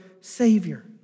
Savior